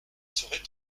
serait